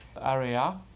area